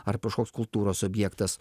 ar kažkoks kultūros objektas